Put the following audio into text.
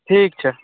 ठीक छै